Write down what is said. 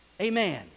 Amen